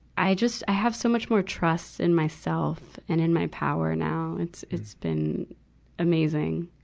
i just, i have so much more trust in myself and in my power now. it's, it's been amazing.